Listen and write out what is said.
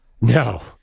No